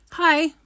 Hi